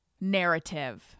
narrative